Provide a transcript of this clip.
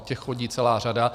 Těch chodí celá řada.